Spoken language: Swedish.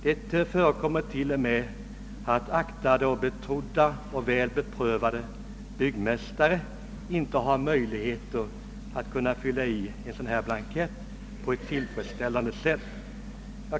Det förekommer t.o.m. att betrodda och väl beprövade byggmästare inte har möjligheter att ifylla en sådan blankett på ett tillfredsställande sätt.